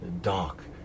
dark